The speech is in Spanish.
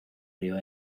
río